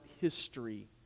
history